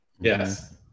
yes